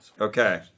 Okay